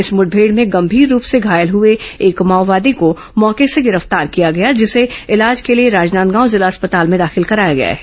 इस मुठभेड़ भें गंमीर रूप से घायल हुए एक माओवादी को मौके से गिरफ्तार किया गया जिसे इलाज के लिए राजनादगांव जिला अस्पताल में दाखिल कराया गया है